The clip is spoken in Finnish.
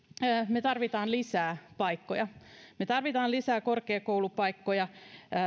me tarvitsemme lisää paikkoja me tarvitsemme lisää korkeakoulupaikkoja